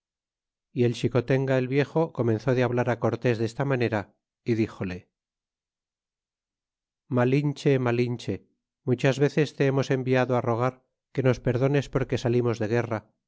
y el xicotenga el viejo comenzó de hablar cortés desta manera y dixole malinche malinche muchas veces te hemos enviado rogar que nos perdones porque salimos de guerra